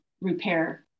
repair